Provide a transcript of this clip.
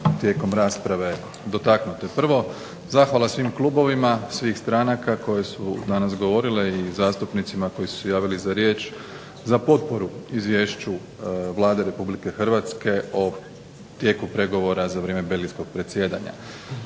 tijekom rasprave dogtaknute. Prvo, zahvala svim klubovima i svim zastupnicima koji su se javili za riječ za potporu Izvješću Vlade Republike Hrvatske o tijeku pregovora za vrijeme Belgijskog predsjedanja.